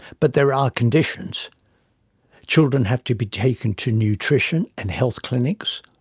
but there are conditions children have to be taken to nutrition and health clinics,